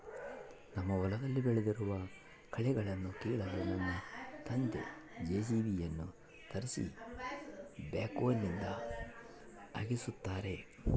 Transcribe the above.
ನಮ್ಮ ಹೊಲದಲ್ಲಿ ಬೆಳೆದಿರುವ ಕಳೆಗಳನ್ನುಕೀಳಲು ನನ್ನ ತಂದೆ ಜೆ.ಸಿ.ಬಿ ಯನ್ನು ತರಿಸಿ ಬ್ಯಾಕ್ಹೋನಿಂದ ಅಗೆಸುತ್ತಾರೆ